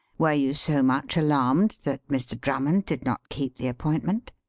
were you so much alarmed that mr. drummond did not keep the appointment?